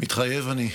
מתחייב אני.